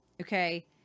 Okay